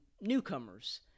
newcomers